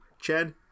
Chen